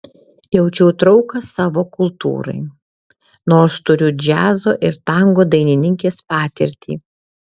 jaučiau trauką savo kultūrai nors turiu džiazo ir tango dainininkės patirtį